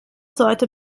sollte